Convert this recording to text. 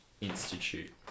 Institute